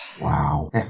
Wow